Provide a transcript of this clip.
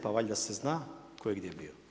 Pa valjda se zna tko je gdje bio?